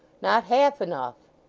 not half enough